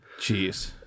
Jeez